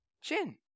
chin